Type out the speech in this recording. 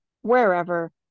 wherever